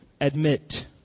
admit